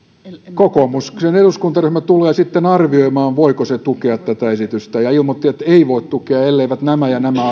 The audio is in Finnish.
kokoomuksen eduskuntaryhmä tulee sitten arvioimaan voiko se tukea tätä esitystä ja ilmoitti että ei voi tukea elleivät nämä ja nämä